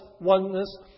oneness